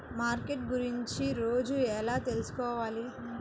Market గురించి రోజు ఎలా తెలుసుకోవాలి?